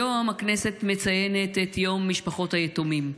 היום הכנסת מציינת את יום משפחות היתומים.